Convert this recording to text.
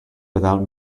without